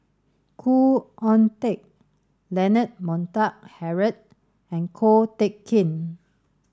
Khoo Oon Teik Leonard Montague Harrod and Ko Teck Kin